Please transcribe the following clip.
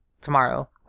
tomorrow